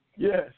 Yes